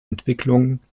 entwicklung